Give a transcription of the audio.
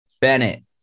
Bennett